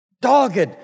Dogged